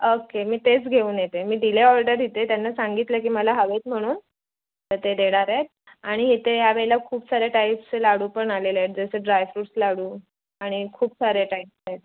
अके मी तेच घेऊन येते मी दिलं आहे ऑर्डर इथे त्यांना सांगितलं आहे की मला हवेत म्हणून तर ते देणार आहेत आणि इथे या वेळेला खूप साऱ्या टाईप्सचे लाडू पण आलेले आहेत जसे ड्रायफ्रुट्स लाडू आणि खूप सारे टाईप्स आहेत